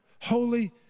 Holy